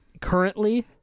currently